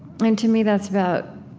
but and to me that's about,